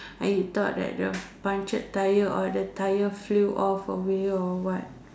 I thought that the punctured tyre or the tyre flew off away or what